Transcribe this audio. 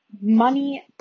money